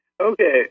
Okay